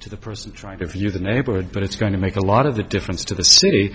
to the person trying to view the neighborhood but it's going to make a lot of the difference to the city